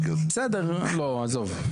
מקודם, כי לא, עזוב.